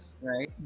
right